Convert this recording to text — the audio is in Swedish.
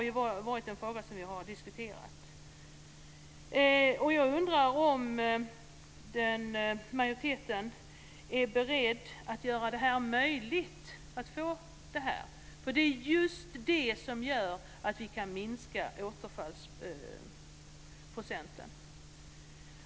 Jag undrar om majoriteten är beredd att göra detta möjligt. Det är just detta som gör att det går att minska återfallsprocenten.